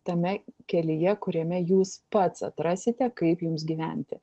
tame kelyje kuriame jūs pats atrasite kaip jums gyventi